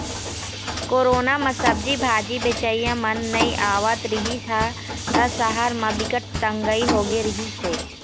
corona म सब्जी भाजी बेचइया मन नइ आवत रिहिस ह त सहर म बिकट तंगई होगे रिहिस हे